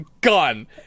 gone